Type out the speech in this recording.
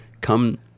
Come